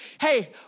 Hey